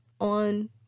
on